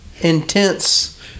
intense